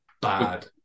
bad